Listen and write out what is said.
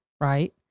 right